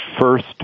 First